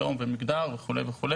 לאום ומגדר וכולי.